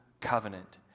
covenant